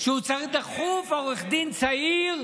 שהוא צריך דחוף עורך דין צעיר,